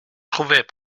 trouvait